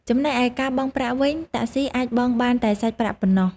ចំណែកឯការបង់ប្រាក់វិញ តាក់ស៊ីអាចបង់បានតែសាច់ប្រាក់ប៉ុណ្ណោះ។